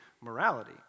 morality